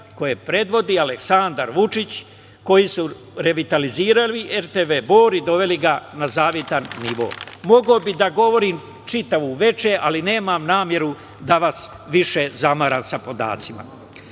koje predvodi Aleksandar Vučić, koji su revitalizovali RTB Bor i doveli ga na zavidan nivo. Mogao bih da govorim čitavo veče, ali nemam nameru da vas više zamaram